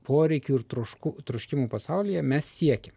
poreikių ir trošku troškimų pasaulyje mes siekiam